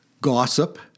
Gossip